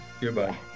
Goodbye